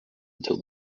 until